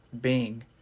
Bing